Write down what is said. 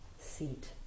seat